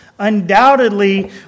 undoubtedly